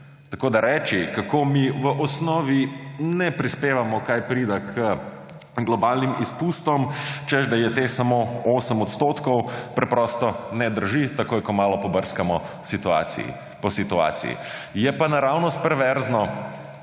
unije. Reči, kako mi v osnovi ne prispevamo kaj prida k globalnim izpustom, češ da je teh samo 8 %, preprosto ne drži, takoj ko malo pobrskamo po situaciji. Je pa naravnost perverzno,